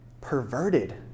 Perverted